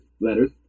letters